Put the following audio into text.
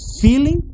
feeling